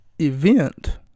event